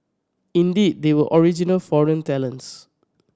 indeed they were original foreign talents